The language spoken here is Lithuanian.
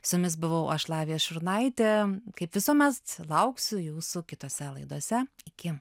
su jumis buvau aš lavija šurnaitė kaip visuomet lauksiu jūsų kitose laidose iki